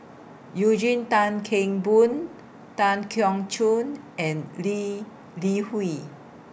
Eugene Tan Kheng Boon Tan Keong Choon and Lee Li Hui